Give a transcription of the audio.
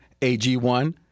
AG1